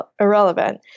irrelevant